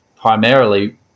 primarily